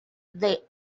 they